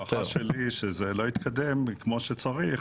ההערכה שלי היא שזה לא יתקדם כמו שצריך,